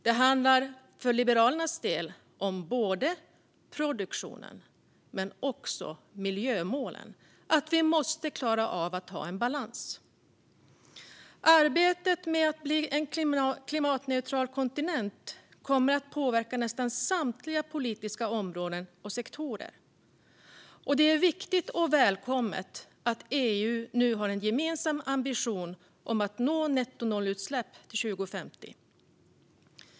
Det handlar för Liberalernas del om både produktionen och miljömålen - vi måste klara av att ha en balans. Arbetet med att bli en klimatneutral kontinent kommer att påverka nästan samtliga politiska områden och sektorer. Det är viktigt och välkommet att EU nu har en gemensam ambition att nå nettonollutsläpp till 2050.